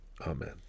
Amen